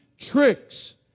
tricks